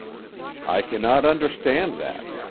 i cannot understand that.